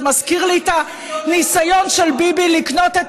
זה מזכיר לי את הניסיון של ביבי לקנות את